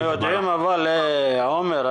בתשתית המים --- עומר,